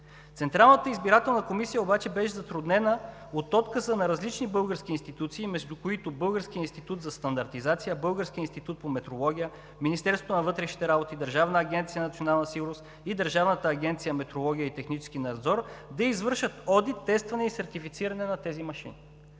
Централната избирателна комисия обаче беше затруднена от отказа на различни български институции, между които Българският институт за стандартизация, Българският институт по метрология, Министерството на вътрешните работи, Държавната агенция „Национална сигурност“ и Държавната агенция „Метрология и технически надзор“, да извършат одит, тестване и сертифициране на тези машини.